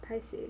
paiseh